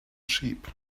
sheep